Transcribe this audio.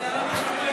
עיסאווי,